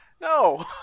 No